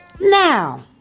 now